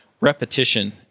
repetition